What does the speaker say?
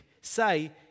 say